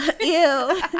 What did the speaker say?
Ew